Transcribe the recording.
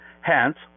hence